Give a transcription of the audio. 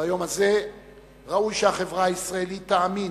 ביום הזה ראוי שהחברה הישראלית תאמין,